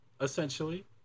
essentially